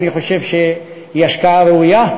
אני חושב שזו השקעה ראויה.